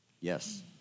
Yes